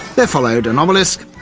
there followed an obelisk,